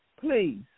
Please